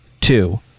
two